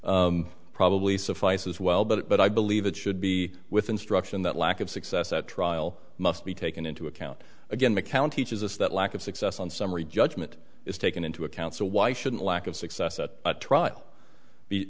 probably probably suffice as well but i believe it should be with instruction that lack of success at trial must be taken into account again mccown teaches us that lack of success on summary judgment is taken into account so why shouldn't lack of success at trial b